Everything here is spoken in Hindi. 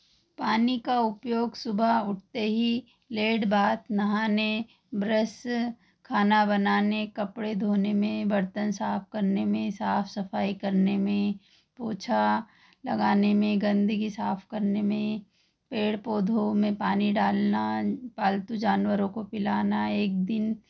पानी का उपयोग सुबह उठते ही लेड बाथ नहाने ब्रस खाना बनाने कपड़े धोने में बर्तन साफ करने में साफ सफाई करने में पोछा लगाने में गंदगी साफ करने में पेड़ पौधों में पानी डालना पालतू जानवरों को पिलाना एक दिन